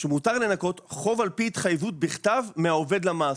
שמותר לנכות חוב על פי התחייבות בכתב מהעובד לסעיף.